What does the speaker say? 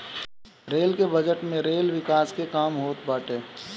rail के budget में rail विकास के काम होत बाटे